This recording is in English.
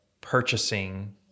purchasing